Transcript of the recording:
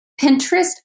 Pinterest